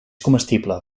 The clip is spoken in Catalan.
comestible